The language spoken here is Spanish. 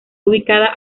ubicada